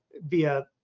via